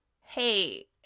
hey